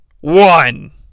one